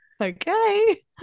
Okay